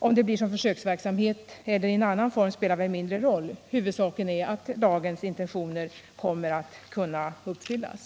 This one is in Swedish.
Om detta sker som försöksverksamhet eller i annan form spelar mindre roll — huvudsaken är att lagens intentioner kommer att kunna uppfyllas.